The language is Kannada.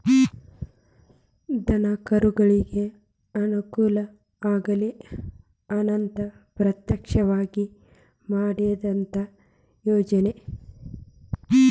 ದನಕರುಗಳಿಗೆ ಅನುಕೂಲ ಆಗಲಿ ಅಂತನ ಪ್ರತ್ಯೇಕವಾಗಿ ಮಾಡಿದಂತ ಯೋಜನೆ